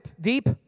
deep